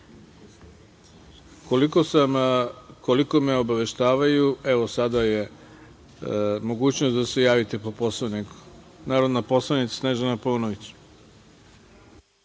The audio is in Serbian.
Vlada. Koliko me obaveštavaju, evo sada je mogućnost da se javite po Poslovniku. Reč ima narodna poslanica Snežana Paunović.